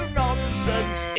nonsense